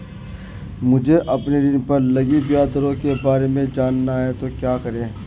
मुझे अपने ऋण पर लगी ब्याज दरों के बारे में जानना है तो क्या करें?